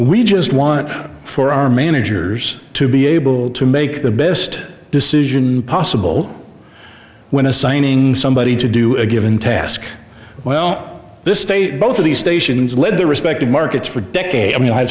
we just want for our managers to be able to make the best decision possible when assigning somebody to do a given task well this state both of these stations led the respective markets for decades i mean i